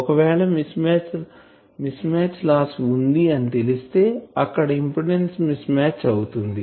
ఒకవేళ mismatch loss వుంది అని తెలిస్తే అక్కడ ఇంపిడెన్సు మిస్ మ్యాచ్ అవుతుంది